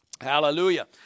Hallelujah